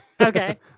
okay